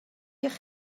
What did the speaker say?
eich